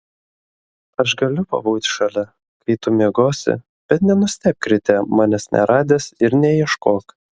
aš galiu pabūti šalia kai tu miegosi bet nenustebk ryte manęs neradęs ir neieškok